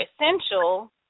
essential